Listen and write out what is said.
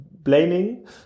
Blaming